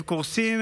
הם קורסים.